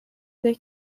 they